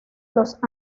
los